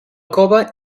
cova